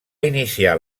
iniciar